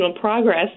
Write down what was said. Progress